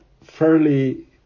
fairly